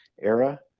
era